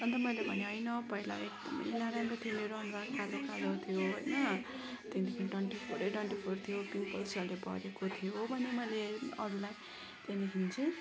अन्त मैले भनेँ होइन पहिला एकदमै नराम्रो थियो मेरो अनुहार कालो कालो थियो होइन त्यहाँदेखि डन्डिफोरै डन्डिफोर थियो पिम्पल्सहरूले भरेको थियो भनेँ मैले अरूलाई त्यहाँदेखि चाहिँ